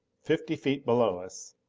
fifty feet below us,